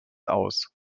aus